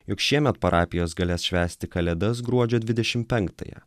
jog šiemet parapijos galės švęsti kalėdas gruodžio dvidešim penktąją